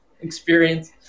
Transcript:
experience